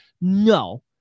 No